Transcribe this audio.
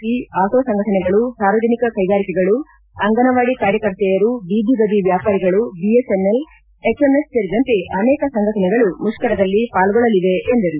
C auto ಸಂಘಟನೆಗಳು ಸಾರ್ವಜನಿಕ ಕೈಗಾರಿಕೆಗಳು ಅಂಗನವಾಡಿ ಕಾರ್ಯಕರ್ತೆಯರು ಬೀದಿ ಬದಿ ವ್ಯಾಪಾರಿಗಳು ಬಿಎಸ್ಎನ್ಎಲ್ ಹೆಚ್ಎಂಎಸ್ ಸೇರಿದಂತೆ ಅನೇಕ ಸಂಘಟನೆಗಳು ಮುಷ್ಕರದಲ್ಲಿ ಪಾಲ್ಗೊಳ್ಳಲಿವೆ ಎಂದರು